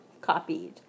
copied